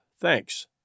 thanks